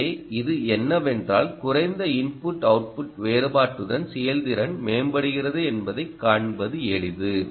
எனவே இது என்ன வென்றால் குறைந்த இன்புட் அவுட்புட் வேறுபாட்டுடன் செயல்திறன் மேம்படுகிறது என்பதைக் காண்பது எளிது